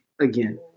again